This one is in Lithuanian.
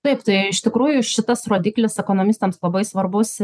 taip tai iš tikrųjų šitas rodiklis ekonomistams labai svarbus